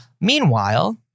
Meanwhile